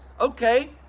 Okay